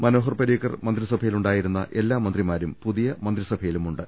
മനോഹർ പരീക്കർ മന്ത്രിസഭയിലുണ്ടാ യിരുന്ന എല്ലാ മന്ത്രിമാരും പുതിയ മന്ത്രിസഭയിലുമുണ്ട്